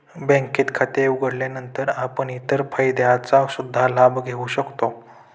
बँकेत खाते उघडल्यानंतर आपण इतर फायद्यांचा सुद्धा लाभ घेऊ शकता